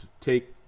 take